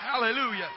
Hallelujah